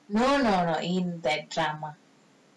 sometimes no no no in that drama